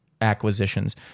acquisitions